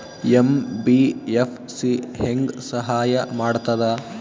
MBFC ಹೆಂಗ್ ಸಹಾಯ ಮಾಡ್ತದ?